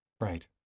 Right